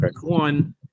One